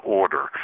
order